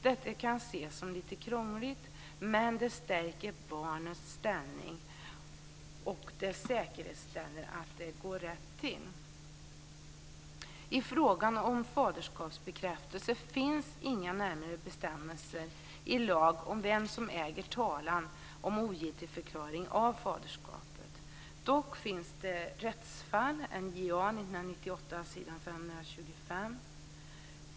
Detta kan ses som lite krångligt, men det stärker barnets ställning och det säkerställer att det går rätt till. I frågan om faderskapsbekräftelse finns inga närmare bestämmelser i lag om vem som äger föra talan om ogiltigförklaring av faderskapet. Dock finns det rättsfall, NJA 1998 s. 525.